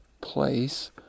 place